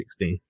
2016